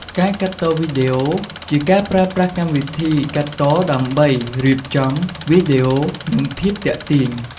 ការកាត់តវីដេអូ ជាការប្រើប្រាស់កម្មវិធីកាត់តដើម្បីរៀបចំវីដេអូឱ្យបានល្អនិងភាពទាក់ទាញ។